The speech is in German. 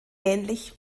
ähnlich